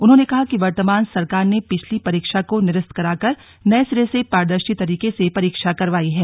उन्होंने कहा कि वर्तमान सरकार ने पिछली परीक्षा को निरस्त कराकर नए सिरे से पारदर्शी तरीके से परीक्षा करवाई है